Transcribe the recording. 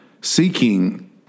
seeking